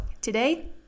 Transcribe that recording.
today